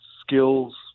skills